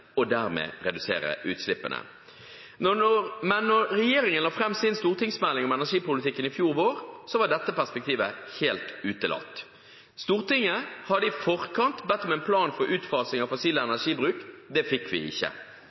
og dermed redusere utslippene. Men da regjeringen la fram sin stortingsmelding om energipolitikken i fjor vår, var dette perspektivet helt utelatt. Stortinget hadde i forkant bedt om en plan for utfasing av fossil energibruk. Det fikk vi ikke.